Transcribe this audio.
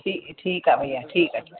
ठी ठीकु आहे भईया ठीकु आहे